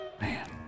Man